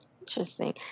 Interesting